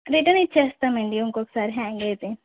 return ఇచ్చేస్తామండి ఇంకొకసారి hang అయితే